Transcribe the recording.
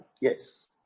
Yes